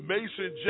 Mason